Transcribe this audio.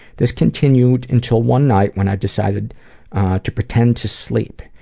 this continued until one night, when i decided to pretend to sleep.